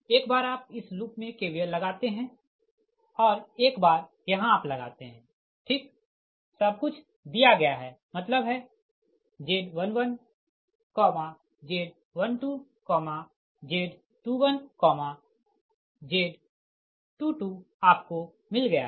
एक बार आप इस लूप मे KVL लगाते है और एक बार यहाँ आप लगाते है ठीक सब कुछ दिया गया है मतलब है Z11Z12Z21Z22आपको मिल गया है